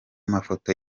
mafoto